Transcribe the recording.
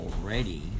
already